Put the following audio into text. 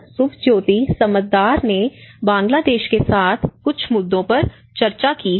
सुभज्योति समददार ने बांग्लादेश के साथ कुछ मुद्दों पर चर्चा की है